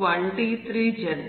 వ్రాయవచ్చు